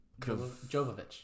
Jovovich